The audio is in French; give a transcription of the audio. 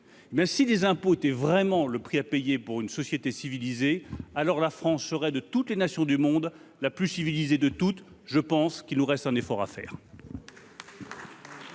merci les impôts, tu es vraiment le prix à payer pour une société civilisée, alors la France serait de toutes les nations du monde la plus civilisée de toute je pense qu'il nous reste un effort à faire.